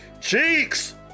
cheeks